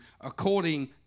according